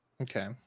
okay